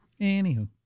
Anywho